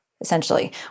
essentially